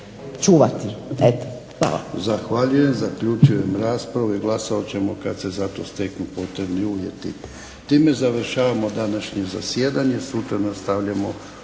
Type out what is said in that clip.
čuvati.